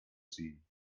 ziehen